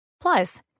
Plus